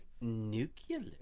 nuclear